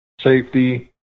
safety